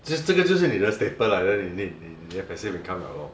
其实这个就是你的 staple lah then 你你的 passive income liao lor